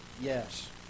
Yes